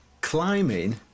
Climbing